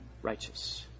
righteous